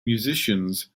musicians